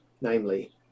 namely